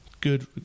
good